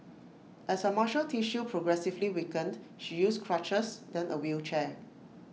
as her muscle tissue progressively weakened she used crutches then A wheelchair